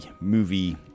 movie